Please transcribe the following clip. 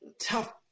tough